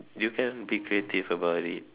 you can be creative about it